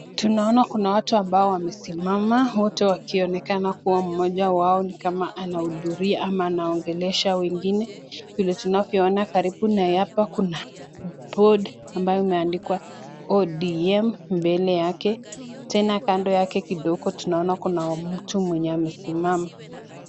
Tunaona kuna watu ambao wamesimama wote wakionekana kuwa mmoja wao ni kama anahudhuria ama anaongelesha wengine, vile tunavyoona karibu na yeye hapa kuna board ambayo imeandikwa Odm mbele yake, tena kando yake kidogo tunaona kuna mtu mwenye amesimama.